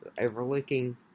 overlooking